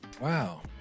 Wow